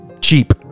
cheap